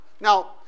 Now